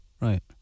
Right